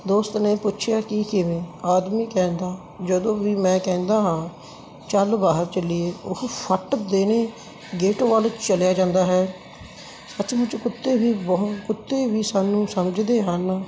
ਦੋਸਤੋਂ ਨੇ ਪੁੱਛਿਆ ਕਿ ਕਿਵੇਂ ਆਦਮੀ ਕਹਿੰਦਾ ਜਦੋਂ ਵੀ ਮੈਂ ਕਹਿੰਦਾ ਹਾਂ ਚੱਲ ਬਾਹਰ ਚੱਲੀਏ ਉਹ ਫੱਟ ਦੇਣੇ ਗੇਟ ਵੱਲ ਚਲਿਆ ਜਾਂਦਾ ਹੈ ਸੱਚ ਮੁੱਚ ਕੁੱਤੇ ਵੀ ਬਹੁਤ ਕੁੱਤੇ ਵੀ ਸਾਨੂੰ ਸਮਝਦੇ ਹਨ